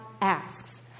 asks